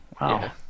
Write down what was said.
Wow